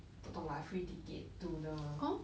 不懂 lah free ticket to the